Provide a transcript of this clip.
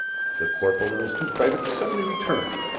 the corporal and his two privates suddenly returned,